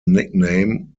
nickname